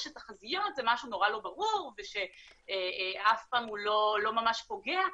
שתחזיות זה משהו נורא לא ברור ואף פעם הוא לא ממש פוגע.